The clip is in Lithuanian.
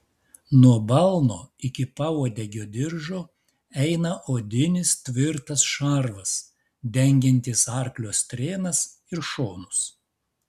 nuo balno iki pauodegio diržo eina odinis tvirtas šarvas dengiantis arklio strėnas ir šonus